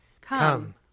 Come